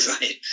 Right